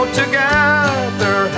together